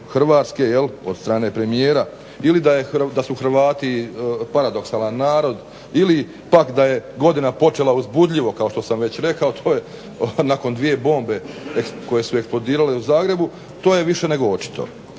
Hrvatske od strane premijera ili da su Hrvati paradoksalan narod ili pak da je godina počela uzbudljivo kao što sam već rekao, to je nakon dvije bombe koje su eksplodirale u Zagrebu to je više nego očito.